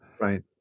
Right